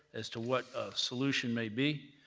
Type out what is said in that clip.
as to what a solution may be.